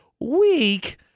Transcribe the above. week